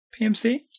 PMC